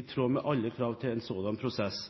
i tråd med alle krav til en sådan prosess.